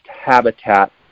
habitat